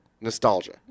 nostalgia